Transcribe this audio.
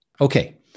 Okay